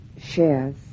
shares